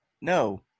No